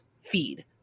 feed